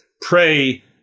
Pray